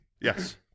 Yes